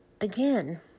again